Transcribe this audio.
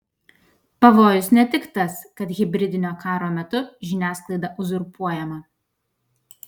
pavojus ne tik tas kad hibridinio karo metu žiniasklaida uzurpuojama